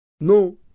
No